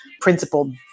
principled